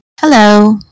Hello